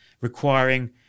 requiring